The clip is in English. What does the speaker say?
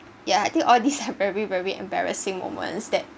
ya I think all these are very very embarrassing moments that